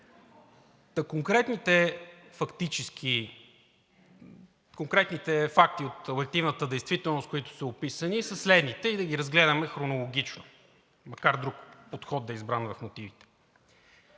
Конкретните факти от обективната действителност, които са описани, са следните и да ги разгледаме хронологично, макар друг подход да е избран в мотивите: